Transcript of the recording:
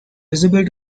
visible